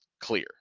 clear